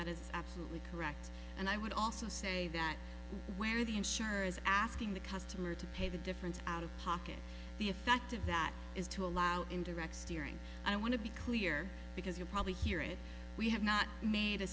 that is absolutely correct and i would also say that where the insurer is asking the customer to pay the difference out of pocket the effect of that is to allow indirect steering i want to be clear because you probably hear it we have not made a